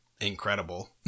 incredible